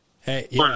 Hey